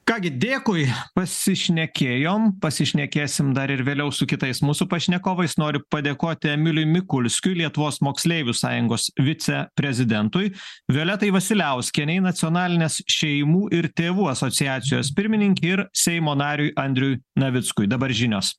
ką gi dėkui pasišnekėjom pasišnekėsim dar ir vėliau su kitais mūsų pašnekovais noriu padėkoti emiliui mikulskiui lietuvos moksleivių sąjungos viceprezidentui violetai vasiliauskienei nacionalinės šeimų ir tėvų asociacijos pirmininkei ir seimo nariui andriui navickui dabar žinios